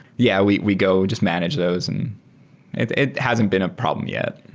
yeah, we we go just manage those. and it it hasn't been a problem yet.